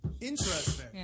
Interesting